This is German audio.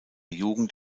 jugend